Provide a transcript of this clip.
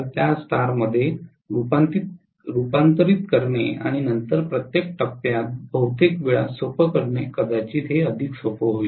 त्यास स्टारमध्ये रुपांतरित करणे आणि नंतर प्रत्येक टप्प्यात बहुतेक वेळा सोपे करणे कदाचित सोपे आहे